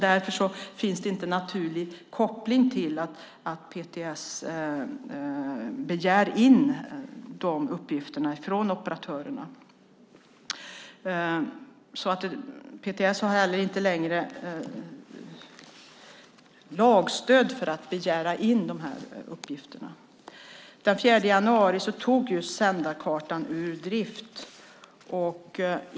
Därför finns det inte en naturlig koppling till att PTS begär in de uppgifterna från operatörerna. PTS har heller inte längre lagstöd för att begära in uppgifterna. Den 4 januari togs Sändarkartan ur drift.